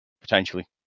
potentially